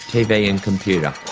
tv and computer,